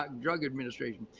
um drug administration.